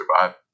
survive